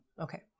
Okay